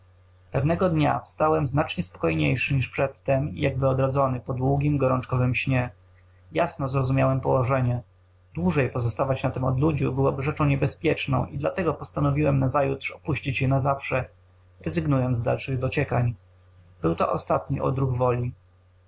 pewnego dnia wstałem znacznie spokojniejszy niż przedtem i jakby odrodzony po długim gorączkowym śnie jasno zrozumiałem położenie dłużej pozostawać na tem odludziu byłoby rzeczą niebezpieczną i dlatego postanowiłem nazajutrz opuścić je na zawsze rezygnując z dalszych dociekań był to ostatni odruch woli